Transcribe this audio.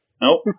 Nope